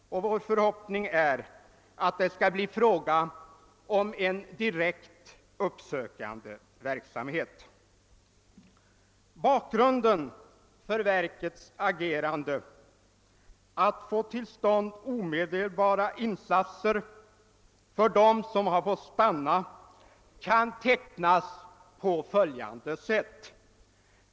Vår förhoppning är att det skall bli fråga om en direkt uppsökande verksamhet. Bakgrunden till verkets agerande i syfte att få till stånd omedelbara insatser för de zigenare som har fått stanna kan tecknas på följande sätt.